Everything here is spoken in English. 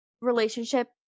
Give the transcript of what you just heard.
relationship